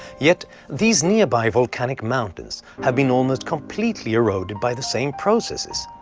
yet these nearby volcanic mountains have been almost completely eroded by the same processes.